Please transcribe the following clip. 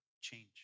change